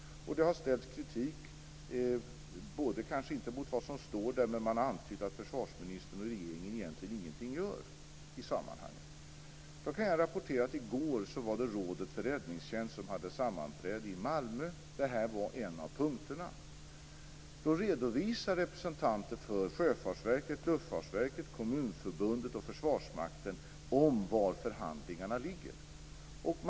Det har kanske inte framförts kritik mot vad som står där, men man har antytt att försvarsministern och regeringen egentligen ingenting gör i sammanhanget. Jag kan rapportera att Rådet för räddningstjänst hade sammanträde i Malmö i går. Denna fråga var en av punkterna. Representanter för Sjöfartsverket, Luftfartsverket, Kommunförbundet och Försvarsmakten redovisade hur långt förhandlingarna har kommit.